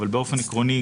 אבל באופן עקרוני,